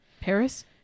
Paris